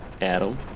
Adam